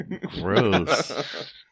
gross